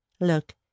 Look